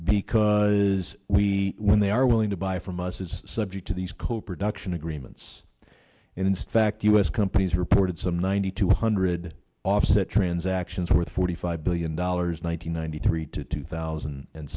because we when they are willing to buy from us is subject to these coproduction agreements and inspect us companies reported some ninety two hundred offset transactions worth forty five billion dollars one hundred ninety three to two thousand and